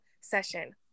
session